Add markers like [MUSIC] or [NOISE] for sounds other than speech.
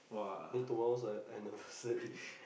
then tomorrow is our anniversary [LAUGHS]